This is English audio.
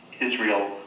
Israel